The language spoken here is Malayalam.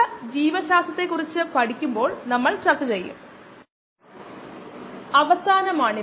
ഗണിതശാസ്ത്രപരമായ സമവാക്യം എല്ലായ്പ്പോഴും കാര്യങ്ങളെ സാമാന്യവൽക്കരിക്കുന്നു